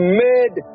made